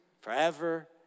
forever